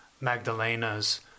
Magdalena's